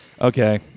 okay